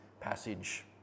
passage